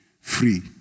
free